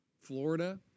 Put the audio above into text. Florida